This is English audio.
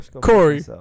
Corey